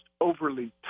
overly